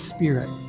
Spirit